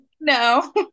No